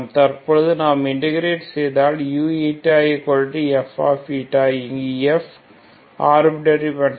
தற்பொழுது நாம் இண்டெகிரேட் செய்தால் uf இங்கு f ஆர்பிர்டரி பன்ஷன்